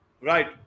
Right